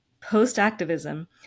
post-activism